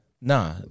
Nah